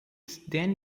then